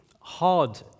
hard